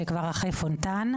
כבר אחרי פונטאן.